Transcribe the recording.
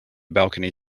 balcony